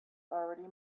already